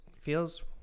feels